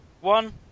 one